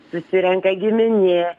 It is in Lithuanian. susirenka giminė